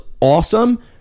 awesome